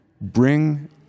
bring